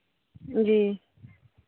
जी